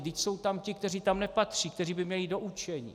Vždyť jsou tam ti, kteří tam nepatří, kteří by měli jít do učení!